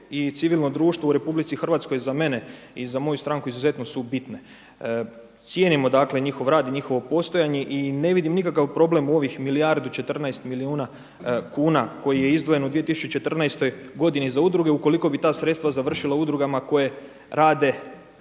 i civilno društvo u RH za mene i za moju stranku izuzetno su bitne. Cijenimo njihov rad i njihovo postojanje i ne vidim nikakav problem u ovih milijardu i 14 milijuna kuna koji je izdvojen u 2014. godini za udruge ukoliko bi ta sredstva završila u udrugama koje rade